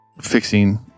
fixing